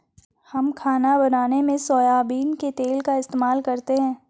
हम खाना बनाने में सोयाबीन के तेल का इस्तेमाल करते हैं